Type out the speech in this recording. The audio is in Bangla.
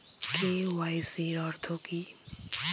কে.ওয়াই.সি অর্থ কি?